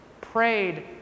prayed